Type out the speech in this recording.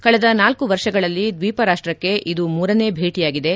ಕಳೆದ ನಾಲ್ಕು ವರ್ಷಗಳಲ್ಲಿ ದ್ವೀಪ ರಾಷ್ಟಕ್ಕೆ ಇದು ಮೂರನೇ ಭೇಟಯಾಗಿದೆ